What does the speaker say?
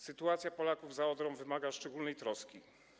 Sytuacja Polaków za Odrą wymaga szczególnej troski.